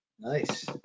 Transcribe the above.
Nice